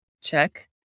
check